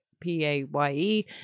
PAYE